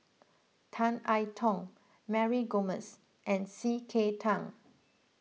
Tan I Tong Mary Gomes and C K Tang